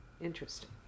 interesting